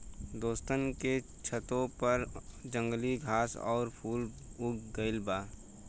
दोस्तन के छतों पर जंगली घास आउर फूल उग गइल बा